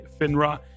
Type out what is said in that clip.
FINRA